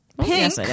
pink